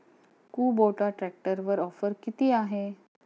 Kubota ट्रॅक्टरवर offer किती आहे?